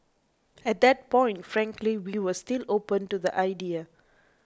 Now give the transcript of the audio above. at that point frankly we were still open to the idea